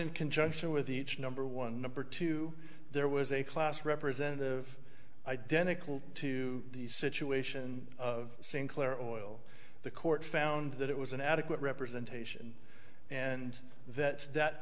in conjunction with each number one number two there was a class representative identical to the situation of sinclair oil the court found that it was an adequate representation and that that